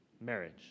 marriage